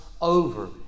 over